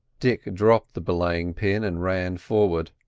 dick dropped the belaying pin and ran forward.